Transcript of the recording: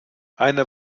eine